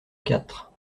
quatre